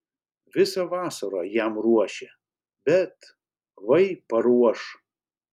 visą vasarą jam ruošia bet vai paruoš